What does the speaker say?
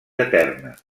eterna